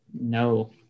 No